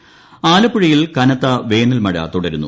വേനൽമഴ ആലപ്പുഴയിൽ കനത്ത വേനൽമഴ തുടരുന്നു